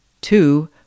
Two